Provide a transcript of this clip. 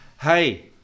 Hey